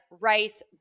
rice